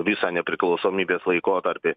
visą nepriklausomybės laikotarpį